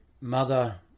mother